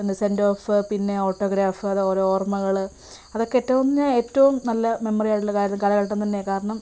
എന്താണ് send off പിന്നെ autograph അതോരോ ഓർമ്മകൾ അതൊക്കെ എറ്റവും ന ഏറ്റവും നല്ല മെമ്മറി ആയിട്ടുള്ള കാല കാലഘട്ടം തന്നെയാണ് കാരണം